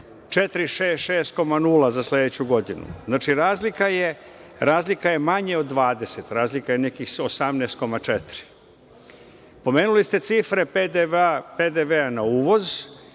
466,0 za sledeću godinu. Znači, razlika je manje od 20, razlika je nekih 18,4.Pomenuli ste cifre PDV-a na uvoz,